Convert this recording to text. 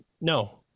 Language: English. no